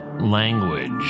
language